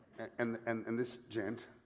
and and and this gent,